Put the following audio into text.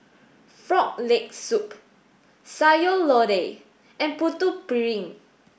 frog leg soup Sayur Lodeh and Putu Piring